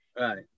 Right